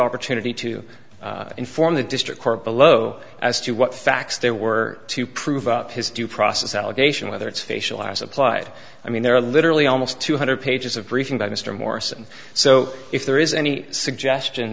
opportunity to inform the district court below as to what facts there were to prove his due process allegation whether it's facial as applied i mean there are literally almost two hundred pages of briefing by mr morrison so if there is any suggestion